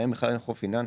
אין להן בכלל חוב פיננסי.